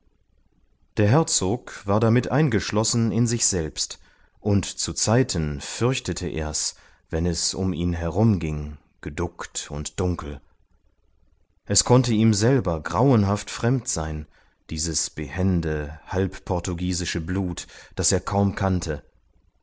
der herzog war damit eingeschlossen in sich selbst und zuzeiten fürchtete ers wenn es um ihn herumging geduckt und dunkel es konnte ihm selber grauenhaft fremd sein dieses behende halbportugiesische blut das er kaum kannte